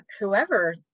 whoever